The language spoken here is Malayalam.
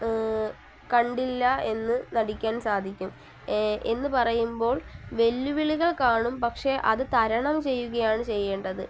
കണ്ടില്ല എന്നു നടിക്കാൻ സാധിക്കും എന്നു പറയുമ്പോൾ വെല്ലുവിളുകൾ കാണും പക്ഷെ അത് തരണം ചെയ്യുകയാണ് ചെയ്യേണ്ടത്